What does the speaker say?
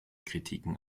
kritiken